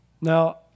Now